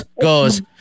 goes